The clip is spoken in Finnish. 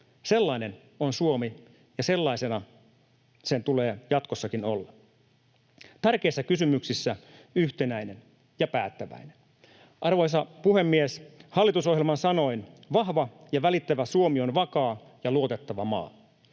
Sellainen on Suomi, ja sellaisena sen tulee jatkossakin olla, tärkeissä kysymyksissä yhtenäinen ja päättäväinen. Arvoisa puhemies! Hallitusohjelman sanoin: ”Vahva ja välittävä Suomi on vakaa ja luotettava maa,